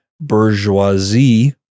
bourgeoisie